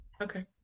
Okay